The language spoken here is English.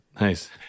Nice